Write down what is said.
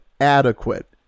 adequate